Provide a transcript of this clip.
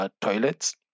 toilets